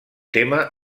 tema